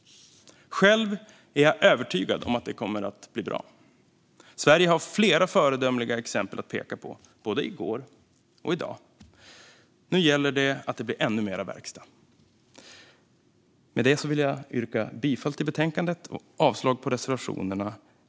Själv är jag övertygad om att det kommer att bli bra. Sverige har flera föredömliga exempel att peka på från både i går och i dag. Nu gäller det att det blir ännu mer verkstad. Med det vill jag yrka bifall till förslaget i betänkandet och avslag på reservationerna.